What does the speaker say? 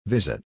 Visit